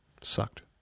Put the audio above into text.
Sucked